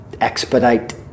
expedite